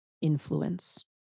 influence